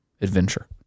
adventure